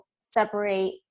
separate